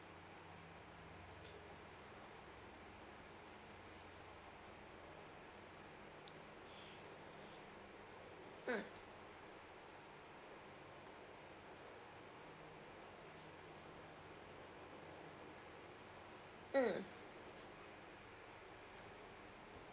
mm mm